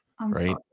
Right